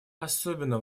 особенно